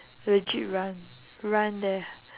legit run run there